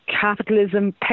capitalism